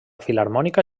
filharmònica